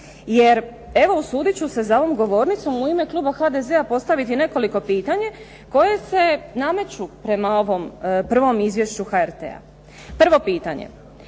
Jer evo usudit ću se za ovom govornicom u ime kluba HDZ-a postaviti nekoliko pitanja koja se nameću prema ovom prvom izvješću HRT-a. Prvo pitanje,